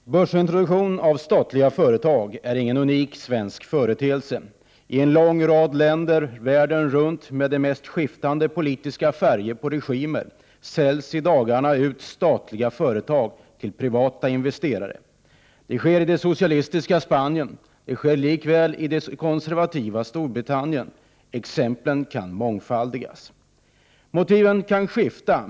Herr talman! Börsintroduktion av statliga företag är ingen unik svensk företeelse. I en lång rad länder världen runt med regimer av de mest skiftande politiska färger säljs i dagarna statliga företag ut till privata investerare. Det sker i det socialistiska Spanien lika väl som i det konservativa Storbritannien. Exemplen kan mångfaldigas. Motiven kan skifta.